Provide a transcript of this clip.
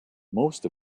most